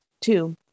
Two